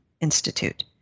Institute